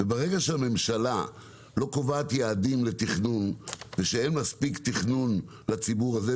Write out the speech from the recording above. וברגע שהממשלה לא קובעת יעדים לתכנון וכשאין מספיק תכנון לציבור הזה,